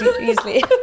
easily